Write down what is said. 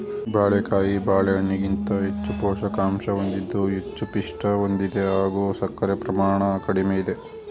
ಬಾಳೆಕಾಯಿ ಬಾಳೆಹಣ್ಣಿಗಿಂತ ಹೆಚ್ಚು ಪೋಷಕಾಂಶ ಹೊಂದಿದ್ದು ಹೆಚ್ಚು ಪಿಷ್ಟ ಹೊಂದಿದೆ ಹಾಗೂ ಸಕ್ಕರೆ ಪ್ರಮಾಣ ಕಡಿಮೆ ಇದೆ